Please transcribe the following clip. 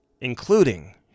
including